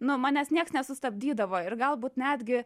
nu manęs nieks nesustabdydavo ir galbūt netgi